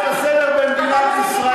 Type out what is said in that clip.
את קוראת להפר את הסדר במדינת ישראל,